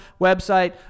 website